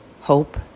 hope